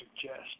suggest